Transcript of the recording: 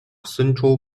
central